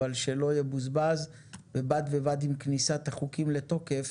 אבל שלא יבוזבז ובד בבד עם כניסת החוקים לתוקף